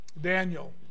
Daniel